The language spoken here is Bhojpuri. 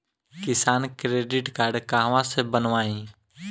किसान क्रडिट कार्ड कहवा से बनवाई?